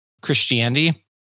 Christianity